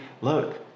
look